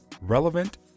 relevant